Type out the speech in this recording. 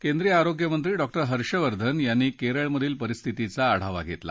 केंद्रिय आरोग्यमंत्री डॉ हर्षवर्धन यांनी केरळमधील परिस्थितीचा आढावा घेतला